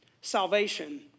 Salvation